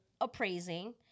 appraising